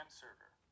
server